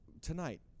tonight